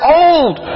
old